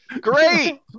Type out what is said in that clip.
Great